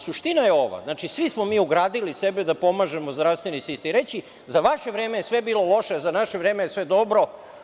Suština je ova, svi smo mi ugradili sebe da pomažemo zdravstveni sistem, i reći za vaše vreme je sve bilo loše, a za naše vreme je sve dobro.